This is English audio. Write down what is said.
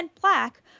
black